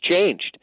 changed